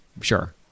Sure